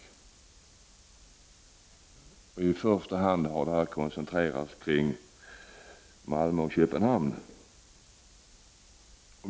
Frågan har i första hand koncentrerats kring Malmö och Köpenhamn.